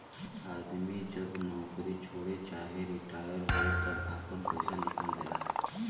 आदमी जब नउकरी छोड़े चाहे रिटाअर होए तब आपन पइसा निकाल लेला